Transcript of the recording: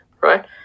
right